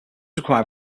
required